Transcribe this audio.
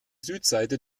südseite